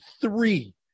three